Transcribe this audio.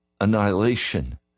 annihilation